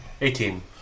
Eighteen